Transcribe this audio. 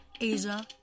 Asia